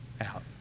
out